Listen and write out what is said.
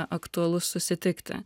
aktualus susitikti